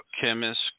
chemist